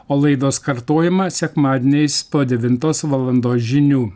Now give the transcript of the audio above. o laidos kartojimą sekmadieniais po devintos valandos žinių